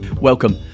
Welcome